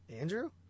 Andrew